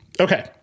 Okay